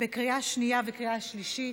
לקריאה שנייה וקריאה שלישית.